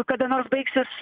kada nors baigsis